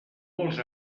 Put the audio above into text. vols